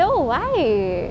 no why